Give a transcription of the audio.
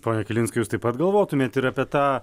pone kelinskai jūs taip pat galvotumėt ir apie tą